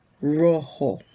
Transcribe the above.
rojo